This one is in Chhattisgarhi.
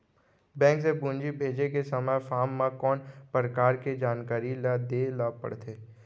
बैंक से पूंजी भेजे के समय फॉर्म म कौन परकार के जानकारी ल दे ला पड़थे?